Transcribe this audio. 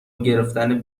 گرفتن